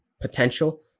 potential